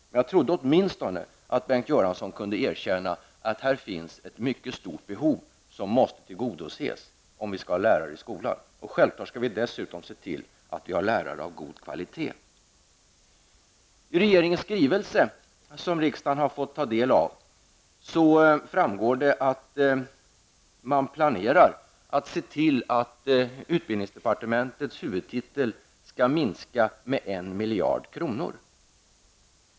Men jag trodde att Bengt Göransson åtminstone kunde erkänna att det finns ett mycket stort behov som måste tillgodoses, om vi skall ha lärare i skolan. Självfallet skall vi dessutom se till att vi har lärare av god kvalitet. Av regeringens skrivelse, som riksdagen har fått ta del av, framgår att man planerar att se till att utbildningsdepartementets huvudtitel? skall minska med 1 miljard kronor.